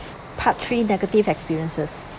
part three negative experiences